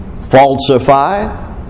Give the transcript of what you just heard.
falsify